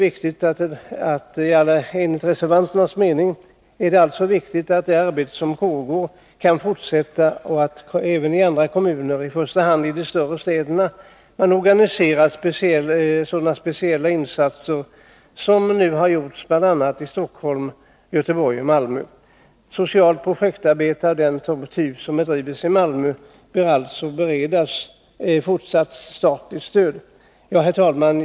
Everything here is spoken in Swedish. Enligt reservanternas mening är det viktigt att det arbete som pågår kan fortsätta och att även andra kommuner — i första hand de större städerna — organiserar sådana speciella insatser som nu gjorts bl.a. i Stockholm, Göteborg och Malmö. Socialt projektarbete av den typ som bedrivits i Malmö bör alltså ges fortsatt statligt stöd. Herr talman!